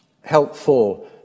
helpful